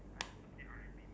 it will be like